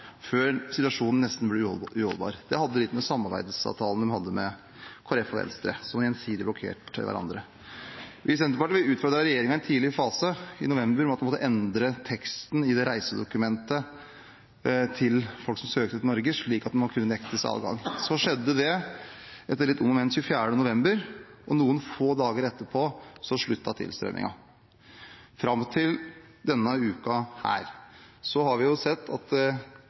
før situasjonen nesten ble uholdbar. Det hadde litt å gjøre med samarbeidsavtalen de hadde med Kristelig Folkeparti og Venstre, som gjensidig blokkerte hverandre. Vi i Senterpartiet utfordret regjeringen i en tidlig fase, i november, på at man måtte endre teksten i reisedokumentet til folk som søkte seg til Norge, slik at de kunne nektes adgang. Det skjedde, etter litt om og men, 24. november. Noen få dager etterpå sluttet tilstrømmingen – fram til denne uken. Vi har sett at